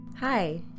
Hi